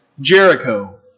Jericho